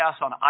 on